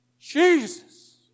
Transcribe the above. Jesus